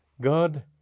God